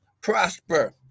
prosper